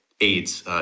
AIDS